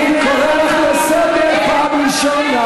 אני קורא אותך לסדר פעם ראשונה.